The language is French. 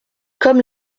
comme